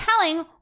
telling